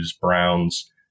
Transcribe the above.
Browns